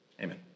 Amen